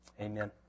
amen